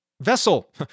vessel